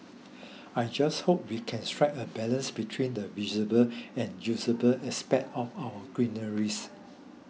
I just hope we can strike a balance between the and the usable aspects of our greeneries